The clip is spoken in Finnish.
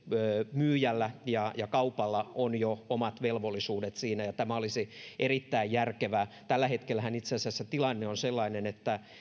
asemyyjällä ja ja kaupalla on jo omat velvollisuudet siinä tämä olisi erittäin järkevää tällä hetkellähän itse asiassa tilanne on sellainen että kun